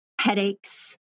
headaches